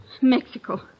Mexico